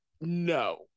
no